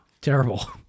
terrible